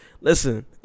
listen